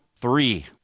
Three